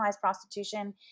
prostitution